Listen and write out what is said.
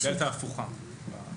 הדלתא הפוכה.